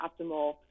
optimal